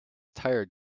tired